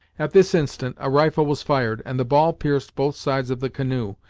at this instant a rifle was fired, and the ball pierced both sides of the canoe,